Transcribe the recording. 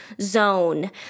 zone